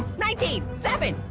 nineteen. seven.